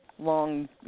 long